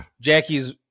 Jackie's